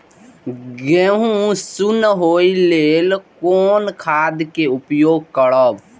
गेहूँ सुन होय लेल कोन खाद के उपयोग करब?